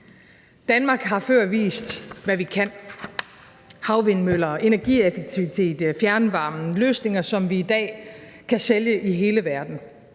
Danmark har før vist, hvad vi kan: havvindmøller, energieffektivitet, fjernvarme – løsninger, som vi i dag kan sælge i hele verden.